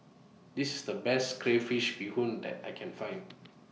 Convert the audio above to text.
This IS The Best Crayfish Beehoon that I Can Find